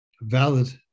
valid